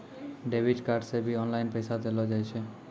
debit card से भी online पैसा देलो जाय छै